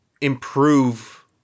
improve